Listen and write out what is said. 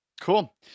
Cool